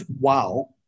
wow